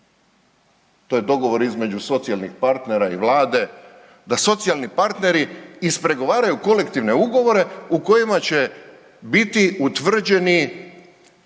to je dogovor između socijalnih partnera i Vlade da socijalni partneri ispregovaraju kolektivne ugovore u kojima će biti utvrđeni